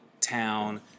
town